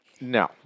No